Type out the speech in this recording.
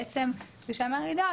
כפי שאמר עידו,